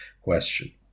question